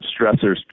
stressors